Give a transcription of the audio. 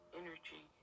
energy